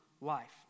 life